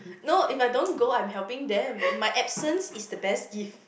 no if I don't go I am helping them my accent is the best gift